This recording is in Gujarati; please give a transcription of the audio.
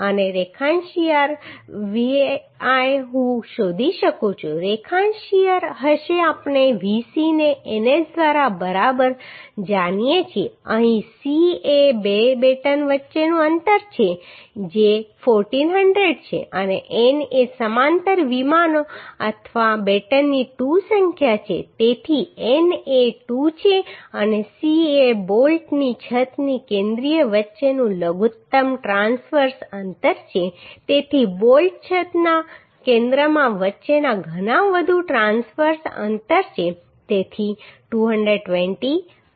અને રેખાંશ શીયર Vl હું શોધી શકું છું રેખાંશ શીયર હશે આપણે VC ને NS દ્વારા બરાબર જાણીએ છીએ અહીં C એ બે બેટન વચ્ચેનું અંતર છે જે 1400 છે અને N એ સમાંતર વિમાનો અથવા બેટનની 2 સંખ્યા છે તેથી N એ 2 છે અને c એ બોલ્ટની છતના કેન્દ્રીય વચ્ચેનું લઘુત્તમ ટ્રાંસવર્સ અંતર છે તેથી બોલ્ટ છતના કેન્દ્રમાં વચ્ચેના ઘણા વધુ ટ્રાંસવર્સ અંતર છે તેથી 220 2 માં 5